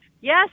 Yes